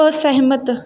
ਅਸਹਿਮਤ